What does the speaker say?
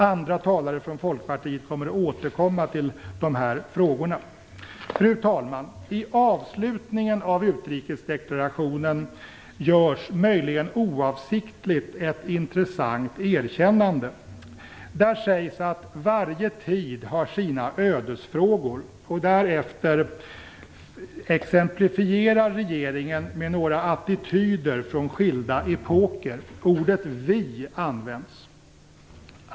Andra talare från Folkpartiet återkommer till dessa frågor. Fru talman! I avslutningen av utrikesdeklarationen görs, möjligen oavsiktligt, ett intressant erkännande. Där sägs att "varje tid har sina ödesfrågor". Därefter exemplifierar regeringen med några attityder från skilda epoker. Ordet "vi" används.